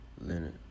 Leonard